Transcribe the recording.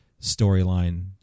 storyline